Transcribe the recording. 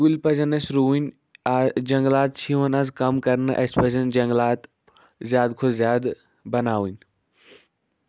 کُلۍ پَزَن اَسہِ رُؤنۍ جَنگلات چھِ یِوان آز کم کَرنہٕ اَسہِ پَزن جَنگلات زیادٕ کھۄتہٕ زیادٕ بَناؤنۍ